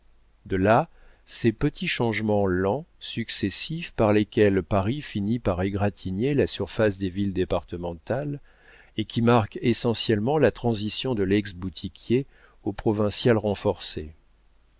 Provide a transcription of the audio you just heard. de là ces petits changements lents successifs par lesquels paris finit par égratigner la surface des villes départementales et qui marquent essentiellement la transition de lex boutiquier au provincial renforcé